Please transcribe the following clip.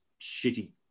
shitty